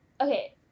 okay